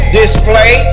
display